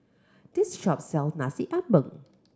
this shop sell Nasi Ambeng